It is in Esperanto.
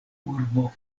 urbo